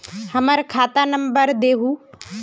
हमर खाता नंबर बता देहु?